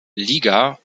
liga